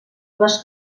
les